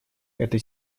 это